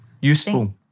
Useful